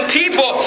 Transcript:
people